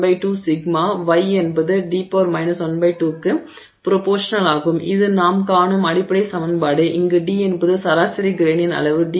sigma y என்பது d 12 க்கு ப்ரோபோர்ஷனலாகும் இது நாம் காணும் அடிப்படை சமன்பாடு இங்கு d என்பது சராசரி கிரெயின் அளவு